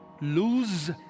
lose